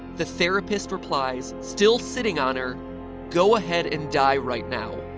the therapist replies, still sitting on her go ahead and die right now.